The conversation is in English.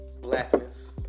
blackness